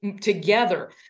together